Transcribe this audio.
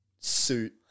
suit